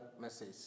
message